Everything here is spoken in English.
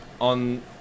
on